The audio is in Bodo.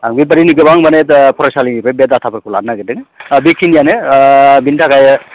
आरो बेबायदिनो गोबां माने जा फरायसालि बे डाटाफोरखौ लानो नागिरदों आरो बेखिनियानो बिनि थाखाय